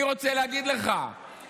אני רוצה להגיד לך,